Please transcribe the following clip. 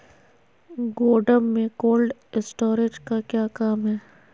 गोडम में cold storage का क्या काम है?